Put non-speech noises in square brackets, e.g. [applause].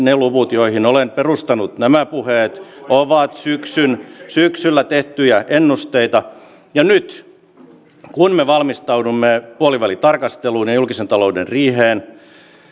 [unintelligible] ne luvut joihin olen perustanut nämä puheet ovat syksyllä tehtyjä ennusteita nyt kun me valmistaudumme puolivälitarkasteluun ja julkisen talouden riiheen